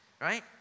Right